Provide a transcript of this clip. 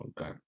okay